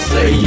Say